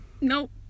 Nope